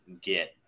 get